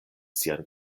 sian